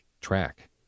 track